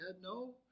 no